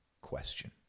question